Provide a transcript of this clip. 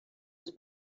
els